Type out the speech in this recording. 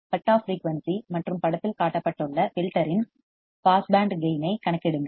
cut off frequency மற்றும் படத்தில் காட்டப்பட்டுள்ள ஃபில்டர்யின் பாஸ் பேண்ட் கேயின் ஐக் கணக்கிடுங்கள்